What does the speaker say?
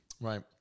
Right